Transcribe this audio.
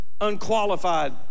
unqualified